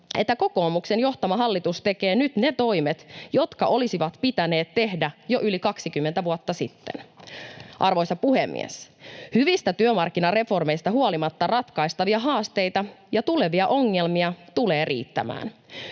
että kokoomuksen johtama hallitus tekee nyt ne toimet, jotka olisi pitänyt tehdä jo yli 20 vuotta sitten. Arvoisa puhemies! Hyvistä työmarkkinareformeista huolimatta ratkaistavia haasteita ja tulevia ongelmia tulee riittämään.